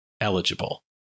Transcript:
eligible